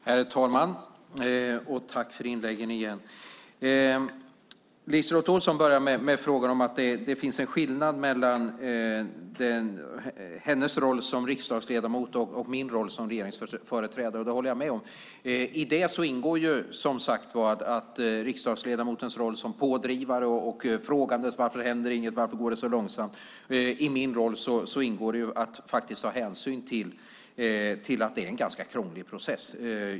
Herr talman! Jag tackar för inläggen. LiseLotte Olsson börjar med frågan om att det finns en skillnad mellan hennes roll som riksdagsledamot och min roll som regeringsföreträdare. Det håller jag med om. I riksdagsledamotens roll ingår som sagt att vara pådrivande och frågande: Varför händer det inget? Varför går det så långsamt? I min roll ingår det att ta hänsyn till att detta är en ganska krånglig process.